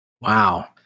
Wow